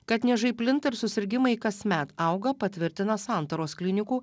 kad niežai plinta ir susirgimai kasmet auga patvirtina santaros klinikų